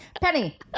penny